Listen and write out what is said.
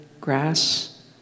grass